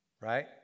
Right